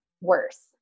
worse